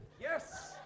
Yes